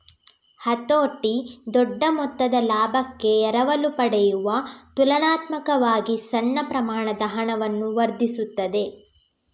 ಹತೋಟಿ ದೊಡ್ಡ ಮೊತ್ತದ ಲಾಭಕ್ಕೆ ಎರವಲು ಪಡೆಯುವ ತುಲನಾತ್ಮಕವಾಗಿ ಸಣ್ಣ ಪ್ರಮಾಣದ ಹಣವನ್ನು ವರ್ಧಿಸುತ್ತದೆ